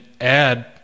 add